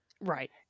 Right